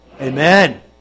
Amen